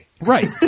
Right